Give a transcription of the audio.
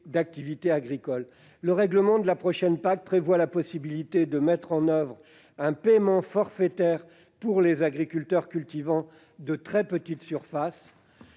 activité agricole dense. Le règlement de la prochaine PAC prévoit la possibilité de mettre en oeuvre un paiement forfaitaire pour les agriculteurs cultivant de très petites surfaces.